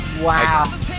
Wow